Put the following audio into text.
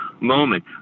moment